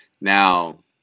Now